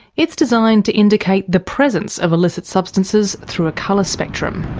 it's designed to indicate the presence of illicit substances through a colour spectrum.